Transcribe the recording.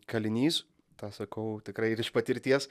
kalinys tą sakau tikrai ir iš patirties